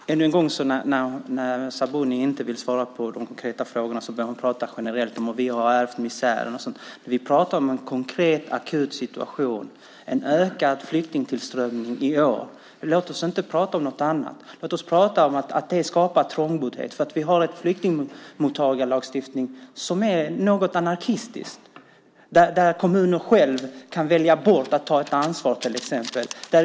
Herr talman! Ännu en gång när Sabuni inte vill svara på de konkreta frågorna så börjar hon prata generellt - vi har ärvt misären och sådant. Vi pratar om en konkret akut situation, en ökad flyktingtillströmning i år. Låt oss inte prata om något annat. Låt oss prata om att det skapar trångboddhet, för vi har en flyktingmottagarlagstiftning som är något anarkistisk. Kommunen själv kan välja bort att ta ett ansvar till exempel.